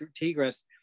tigris